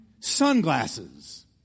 sunglasses